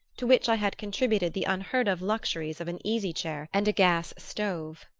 to which i had contributed the unheard-of luxuries of an easy-chair and a gas-stove.